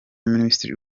minisitiri